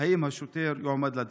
6. האם השוטר יועמד לדין?